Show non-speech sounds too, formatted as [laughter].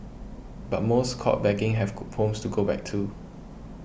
but most caught begging have [noise] homes to go back to